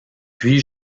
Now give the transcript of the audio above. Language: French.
puis